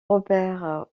robert